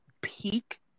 peak